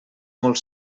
molt